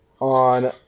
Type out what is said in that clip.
on